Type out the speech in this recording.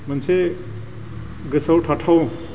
मोनसे गोसोआव थाथाव